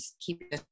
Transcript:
keep